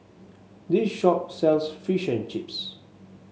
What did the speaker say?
this shop sells Fish and Chips